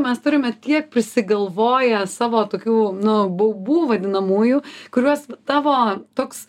mes turime tiek prisigalvoję savo tokių nu baubų vadinamųjų kuriuos tavo toks